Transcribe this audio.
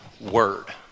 word